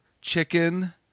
chicken